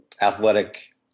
athletic